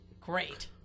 great